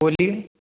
बोलिए